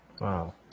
Wow